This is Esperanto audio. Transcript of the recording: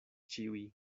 ĉiuj